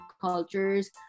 cultures